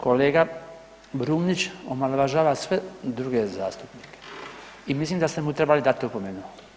Kolega Brumnić omalovažava sve druge zastupnike i mislim da ste mu trebali dati opomenu.